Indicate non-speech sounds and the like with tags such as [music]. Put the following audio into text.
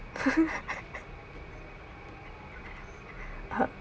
[laughs] uh